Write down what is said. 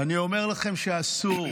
אני אומר לכם שאסור,